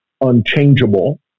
unchangeable